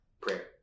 prayer